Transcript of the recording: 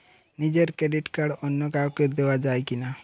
নিজের debit card অন্য কাউকে দেওয়া যায় কি না?